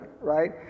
right